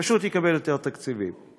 פשוט יקבל יותר תקציבים.